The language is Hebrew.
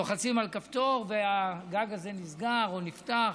לוחצים על כפתור והגג הזה נסגר או נפתח?